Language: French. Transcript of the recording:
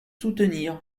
soutenir